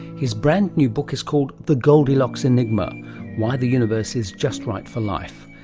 his brand new book is called the goldilocks enigma why the universe is just right for life,